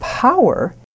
Power